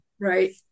Right